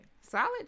solid